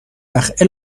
وقت